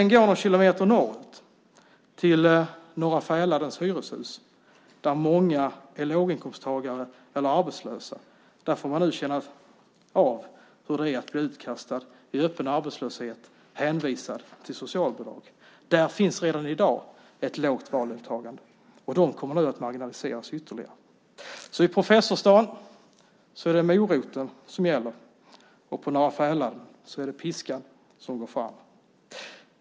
Några kilometer norrut i Norra Fäladens hyreshus, där många är låginkomsttagare eller arbetslösa, får man känna av hur det är att bli utkastad i öppen arbetslöshet och hänvisad till socialbidrag. Där finns redan i dag ett lågt valdeltagande. De som bor där kommer att marginaliseras ytterligare. I Professorstaden är det moroten som gäller, och på Norra Fäladen är det piskan som går fram.